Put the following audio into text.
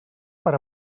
per